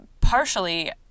partially